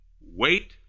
Wait